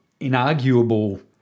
inarguable